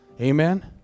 Amen